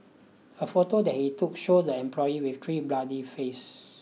a photo that he took shows the employee with three bloodied face